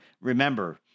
remember